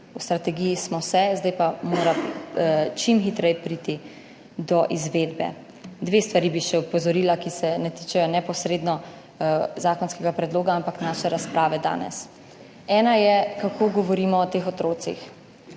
v strategiji smo se, zdaj pa mora čim hitreje priti do izvedbe. Dve stvari bi še opozorila, ki se ne tičejo neposredno zakonskega predloga, ampak naše razprave danes. Ena je, kako govorimo o teh otrocih.